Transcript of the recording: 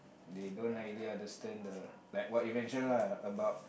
they don't likely understand the like what you mention lah about